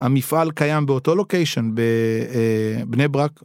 המפעל קיים באותו לוקיישן בבני ברק.